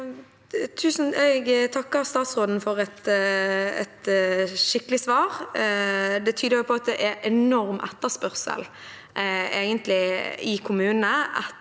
Jeg takker statsråden for et skikkelig svar. Det tyder på at det egentlig er enorm etterspørsel i kommunene